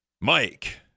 Mike